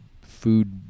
food